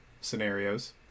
scenarios